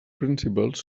principals